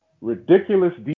ridiculous